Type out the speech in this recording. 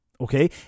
okay